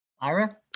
Ira